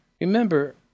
Remember